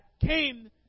came